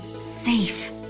safe